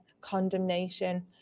condemnation